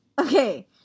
okay